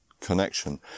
Connection